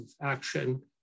action